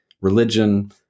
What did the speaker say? religion